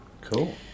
cool